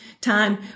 time